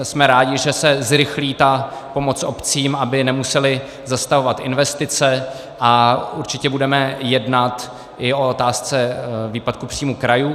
Jsme rádi, že se zrychlí ta pomoc obcím, aby nemusely zastavovat investice, a určitě budeme jednat i o otázce výpadku příjmů krajů.